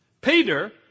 Peter